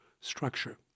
structure